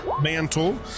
Mantle